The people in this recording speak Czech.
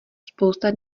spousta